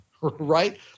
right